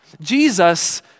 Jesus